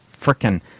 freaking